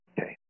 Okay